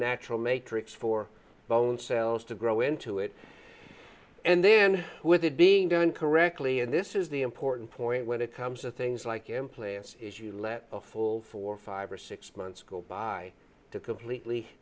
natural make tricks for both cells to grow into it and then with it being done correctly and this is the important point when it comes to things like implants is you let a full four five or six months go by to completely